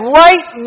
right